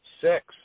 six